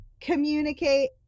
communicate